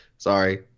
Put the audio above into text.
Sorry